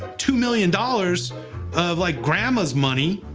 two million dollars of like, grandmas money